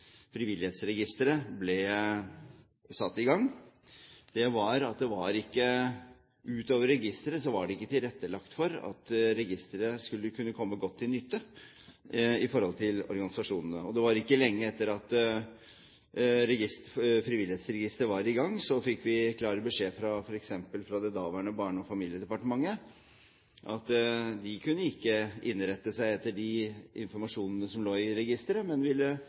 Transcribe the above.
skulle kunne komme godt til nytte for organisasjonene. Og ikke lenge etter at frivillighetsregisteret var i gang, fikk vi klar beskjed fra det daværende Barne- og familiedepartementet om at de ikke kunne innrette seg etter den informasjonen som lå i registeret, men